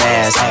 ass